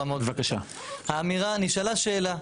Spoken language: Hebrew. נשאלה שאלה.